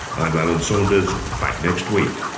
i'm alan saunders. back next week